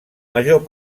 major